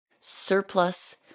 surplus